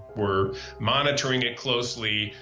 we're monitoring it closely.